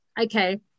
okay